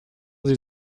sie